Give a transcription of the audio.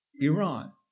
Iran